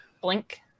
Blink